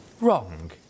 Wrong